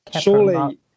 Surely